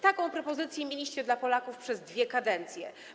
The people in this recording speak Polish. Taką propozycję mieliście dla Polaków przez dwie kadencje.